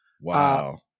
Wow